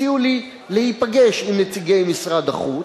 הציעו לי להיפגש עם נציגי משרד החוץ.